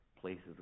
places